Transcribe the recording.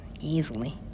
easily